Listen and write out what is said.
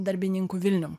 darbininkų vilnium